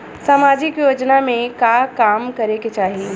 सामाजिक योजना में का काम करे के चाही?